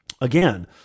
Again